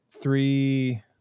three